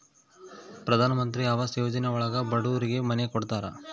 ಪ್ರಧನಮಂತ್ರಿ ಆವಾಸ್ ಯೋಜನೆ ಒಳಗ ಬಡೂರಿಗೆ ಮನೆ ಕೊಡ್ತಾರ